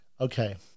okay